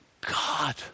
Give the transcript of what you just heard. God